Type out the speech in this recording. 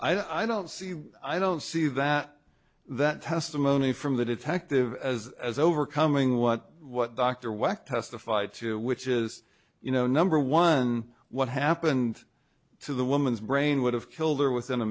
weary i don't see why i don't see that that testimony from the detective as as overcoming what what dr wecht testified to which is you know number one what happened to the woman's brain would have killed her within a